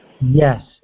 Yes